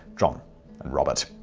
john and robert.